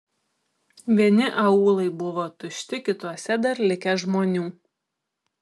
vieni aūlai buvo tušti kituose dar likę žmonių